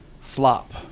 flop